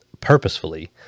purposefully